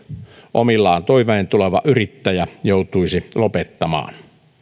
omillaan toimeen tuleva yrittäjä joutuisi lopettamaan